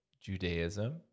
Judaism